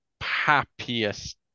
happiest